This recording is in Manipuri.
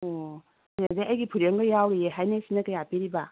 ꯑꯣ ꯑꯗꯩ ꯑꯩꯒꯤ ꯐꯨꯔꯤꯠ ꯑꯃ ꯌꯥꯎꯔꯤꯌꯦ ꯍꯩꯅꯦꯛꯁꯤꯅ ꯀꯌꯥ ꯄꯤꯔꯤꯕ